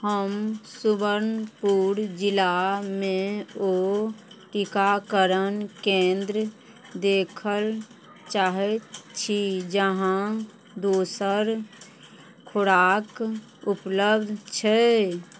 हम सुबर्णपुर जिलामे ओ टीकाकरण केन्द्र देखल चाहैत छी जहाँ दोसर खुराक उपलब्ध छै